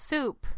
Soup